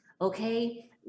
Okay